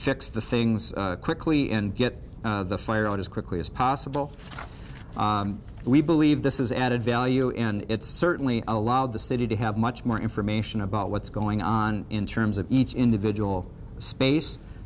fix the things quickly and get the fire out as quickly as possible we believe this is added value and it's certainly allowed the city to have much more information about what's going on in terms of each individual space